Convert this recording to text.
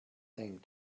thing